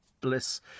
bliss